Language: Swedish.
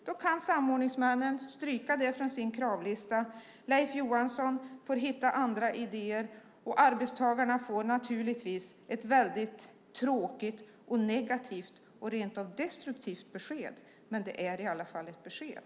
Då kan samordningsmännen stryka det från sin kravlista, Leif Johansson får hitta andra idéer och arbetstagarna får ett tråkigt, negativt och rent av destruktivt besked. Men det är i alla fall ett besked.